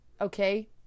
Okay